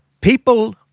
people